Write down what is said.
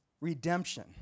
redemption